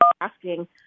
asking